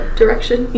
direction